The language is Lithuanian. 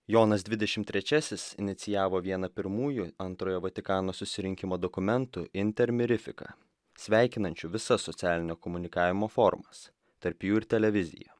jonas dvidešimt trečiasis inicijavo vieną pirmųjų antrojo vatikano susirinkimo dokumentų intermirifiką sveikinančių visas socialinio komunikavimo formas tarp jų ir televiziją